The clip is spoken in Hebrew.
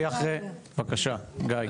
בבקה, גיא.